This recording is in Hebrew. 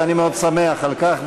ואני מאוד שמח על כך.